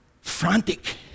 frantic